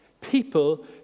People